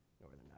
Northern